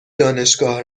دانشگاه